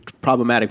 problematic